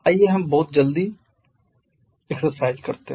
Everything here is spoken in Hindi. आइए हम बहुत जल्दी व्यायाम करते हैं